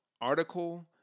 article